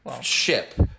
ship